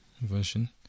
version